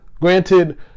Granted